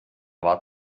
war